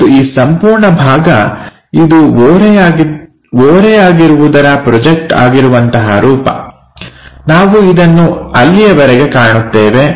ಮತ್ತು ಈ ಸಂಪೂರ್ಣ ಭಾಗ ಇದು ಓರೆಯಾಗಿರುವುದರ ಪ್ರೊಜೆಕ್ಟ್ ಆಗಿರುವಂತಹ ರೂಪ ನಾವು ಇದನ್ನು ಅಲ್ಲಿಯವರೆಗೆ ಕಾಣುತ್ತೇವೆ